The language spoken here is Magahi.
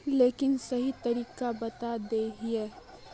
लेकिन सही तरीका बता देतहिन?